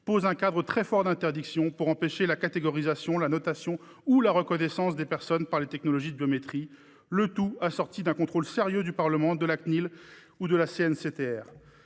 poser un cadre très strict d'interdictions pour empêcher la catégorisation, la notation ou la reconnaissance des personnes par les technologies de biométrie, le tout assorti d'un contrôle sérieux du Parlement, de la Cnil ou de la CNCTR.